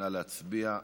נא להצביע.